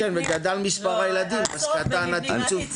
כן, וגדל מספר הילדים אז קטן התקצוב.